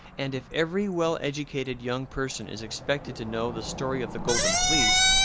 and if every well-educated young person is expected to know the story of the golden fleece,